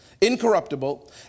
incorruptible